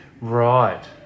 Right